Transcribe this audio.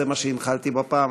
זה מה שהנחלתי בפעם